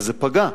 וזה פגע.